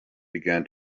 began